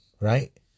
right